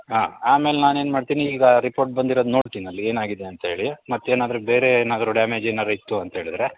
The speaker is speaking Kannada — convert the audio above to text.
ಹಾಂ ಆಮೇಲೆ ನಾನು ಏನು ಮಾಡ್ತೀನಿ ಈಗ ರಿಪೋರ್ಟ್ ಬಂದಿರೋದು ನೋಡ್ತೀನಿ ಅಲ್ಲಿ ಏನು ಆಗಿದೆ ಅಂತೇಳಿ ಮತ್ತೆ ಏನಾದರೂ ಬೇರೆ ಏನಾದರೂ ಡ್ಯಾಮೇಜ್ ಏನಾದರು ಇತ್ತು ಅಂತೇಳಿದರೆ